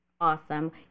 Awesome